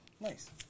Nice